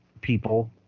people